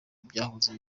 byahoze